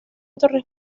tercer